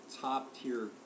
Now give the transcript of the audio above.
top-tier